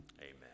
Amen